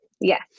Yes